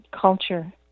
culture